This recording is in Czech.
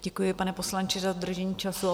Děkuji, pane poslanče, za dodržení času.